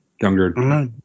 younger